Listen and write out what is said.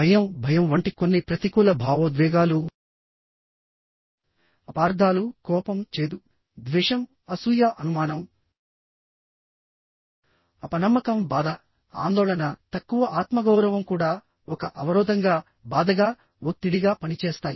భయం భయం వంటి కొన్ని ప్రతికూల భావోద్వేగాలు అపార్థాలు కోపం చేదు ద్వేషంఅసూయఅనుమానం అపనమ్మకం బాధ ఆందోళన తక్కువ ఆత్మగౌరవం కూడా ఒక అవరోధంగా బాధగాఒత్తిడిగా పనిచేస్తాయి